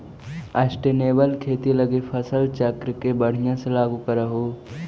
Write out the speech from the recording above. sustainable खेती लागी फसल चक्र के बढ़ियाँ से लागू करहूँ